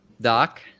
Doc